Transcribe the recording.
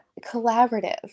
collaborative